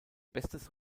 bestes